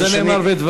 זה נאמר בדברים.